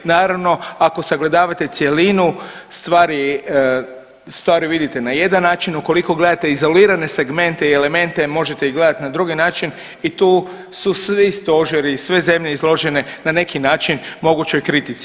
Naravno ako sagledavate cjelinu stvari, stvari vidite na jedan način, ukoliko gledate izolirane segmente i elemente možete ih gledat na drugi način i tu su svi stožeri i sve zemlje izložene na neki način mogućoj kritici.